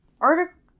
article